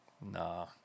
nah